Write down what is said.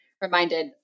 Reminded